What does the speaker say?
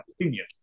opinion